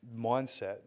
mindset